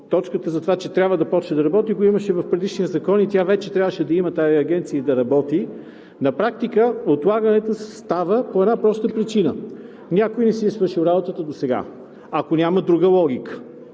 точката за това, че трябва да започне да работи го имаше в предишния закон – вече трябваше да я има тази агенция и да работи. На практика отлагането става по една проста причина – някой не си е свършил работата досега, ако няма друга логика.